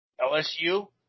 LSU